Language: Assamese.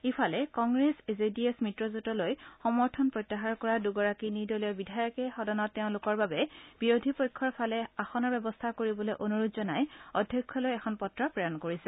ইফালে কংগ্ৰেছ জে ডি এছ মিত্ৰজোটলৈ সমৰ্থন প্ৰত্যাহাৰ কৰা দূগৰাকী নিৰ্দলীয় বিধায়কে সদনত তেওঁলোকৰ বাবে বিৰোধী পক্ষৰ ফালে আসনৰ ব্যৱস্থা কৰিবলৈ অনুৰোধ জনাই অধ্যক্ষলৈ এখন পত্ৰ প্ৰেৰণ কৰিছে